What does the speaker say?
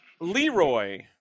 Leroy